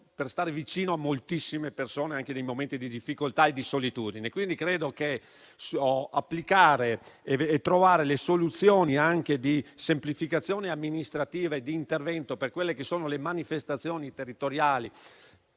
nello stare vicino a moltissime persone, anche nei momenti di difficoltà e di solitudine. Quindi, credo sia opportuno trovare ed applicare soluzioni, anche di semplificazione amministrativa e di intervento, per le manifestazioni territoriali,